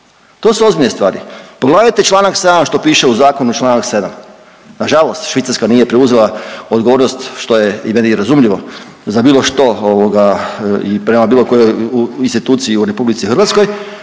To su ozbiljne stvari. Pogledajte čl. 7. što piše u zakonu čl. 7., nažalost Švicarska nije preuzela odgovornost što je meni i razumljivo, za bilo što i prema bilo kojoj instituciji u RH, ali bilo